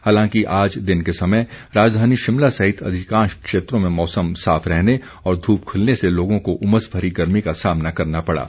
हालांकि आज दिन के समय राजधानी शिमला सहित अधिकांश क्षेत्रों में मौसम साफ रहने और धूप खिलने से लोगों को उमस भरी गर्मी का सामना करना पड़ा